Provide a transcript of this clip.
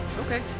Okay